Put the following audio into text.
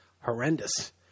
horrendous